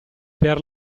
per